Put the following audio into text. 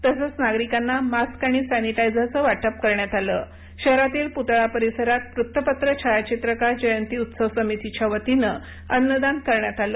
तसेच नागरिकांना मास्क आणि सॅनिटायझरचं वाटप करण्यात आलं शहरातील पुतळा परिसरात वृत्तपत्र छायाचित्रकार जयंती उत्सव समितीच्यावतीनं अन्नदान करण्यात आलं